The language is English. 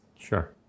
Sure